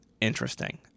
interesting